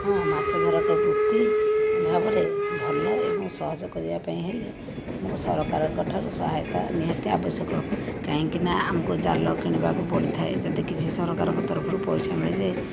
ହଁ ମାଛ ଧରାକୁ ବୃତ୍ତି ଭାବରେ ଭଲ ଏବଂ ସହଜ କରିବା ପାଇଁ ହେଲେ ମୁଁ ସରକାରଙ୍କଠାରୁ ସହାୟତା ନିହାତି ଆବଶ୍ୟକ କାହିଁକିନା ଆମକୁ ଜାଲ କିଣିବାକୁ ପଡ଼ିଥାଏ ଯଦି କିଛି ସରକାରଙ୍କ ତରଫରୁ ପଇସା ମିଳିଯାଏ